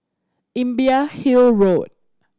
Imbiah Hill Road